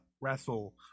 wrestle